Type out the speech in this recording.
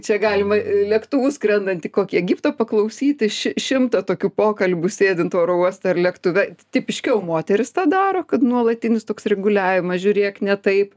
čia galima lėktuvu skrendant į kokį egiptą paklausyti ši šimtą tokių pokalbių sėdint oro uoste ar lėktuve tipiškiau moterys tą daro kad nuolatinis toks reguliavimas žiūrėk ne taip